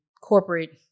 corporate